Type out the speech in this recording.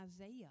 Isaiah